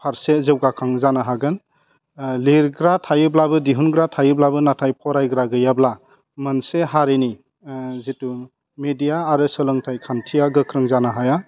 फारसे जौगाखां जानो हागोन लिरग्रा थायोब्लाबो दिहुनग्रा थायोब्लाबो नाथाय फरायग्रा गैयाब्ला मोनसे हारिनो जिथु मिडिया आरो सोलोंथाइ खान्थिया गोख्रों जानो हाया